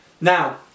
Now